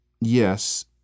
yes